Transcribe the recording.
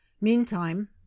meantime